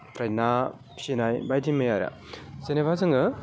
ओमफ्राय ना फिसिनाय बायदि मैया आरो जेनेबा जोङो